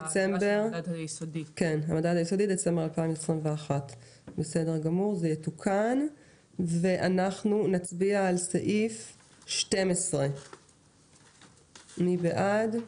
נתקן ל-"המדד היסודי בדצמבר 2021". נצביע על סעיף 12. מי בעד?